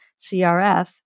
CRF